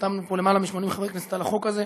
חתמנו פה יותר מ-80 חברי כנסת על החוק הזה.